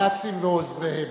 הנאצים ועוזריהם.